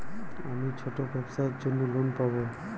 আমি ছোট ব্যবসার জন্য লোন পাব?